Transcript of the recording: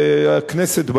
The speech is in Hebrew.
והכנסת,